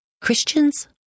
Christians